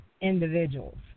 individuals